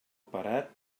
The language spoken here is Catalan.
parat